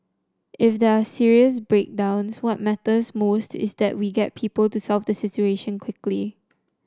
if there are serious breakdowns what matters most is that we get people to solve the situation quickly